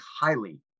highly